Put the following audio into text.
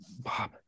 Bob